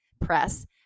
press